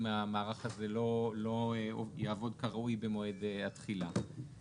אם המערך הזה לא יעבוד כראוי במועד התחילה.